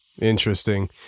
Interesting